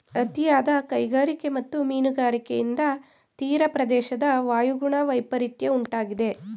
ಅತಿಯಾದ ಕೈಗಾರಿಕೆ ಮತ್ತು ಮೀನುಗಾರಿಕೆಯಿಂದ ತೀರಪ್ರದೇಶದ ವಾಯುಗುಣ ವೈಪರಿತ್ಯ ಉಂಟಾಗಿದೆ